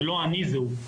זה לא אני, זה הוא.